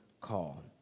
call